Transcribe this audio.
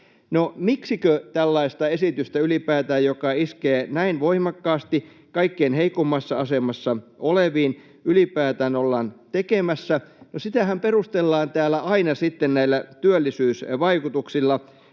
miksikö tällaista esitystä, joka iskee näin voimakkaasti kaikkein heikoimmassa asemassa oleviin, ylipäätään ollaan tekemässä? Sitähän perustellaan täällä aina sitten näillä työllisyysvaikutuksilla,